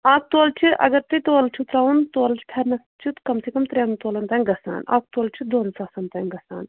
اَکھ تولہٕ چھِ اگر تُہۍ تولہٕ چھُو ترٛاوُن تولہٕ چھُ فٮ۪رنَس چھُ کَم سے کَم ترٛٮ۪ن تولَن تانۍ گژھان اَکھ تُولہٕ چھُ دۄن ساسَن تانۍ گژھان